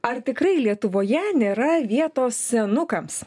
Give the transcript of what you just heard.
ar tikrai lietuvoje nėra vietos senukams